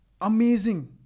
amazing